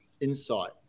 insight